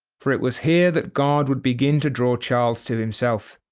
for it was here that god would begin to draw charles to himself.